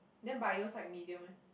then bio psych medium eh